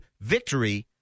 VICTORY